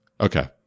Okay